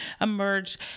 emerge